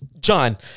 John